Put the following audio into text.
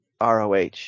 roh